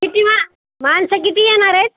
किती मा माणसं किती येणार आहेत